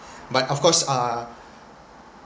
but of course uh